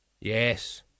Yes